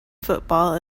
football